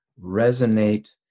resonate